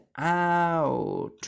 out